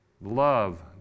Love